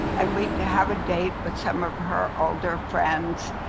and we'd have a date with some of her older friends.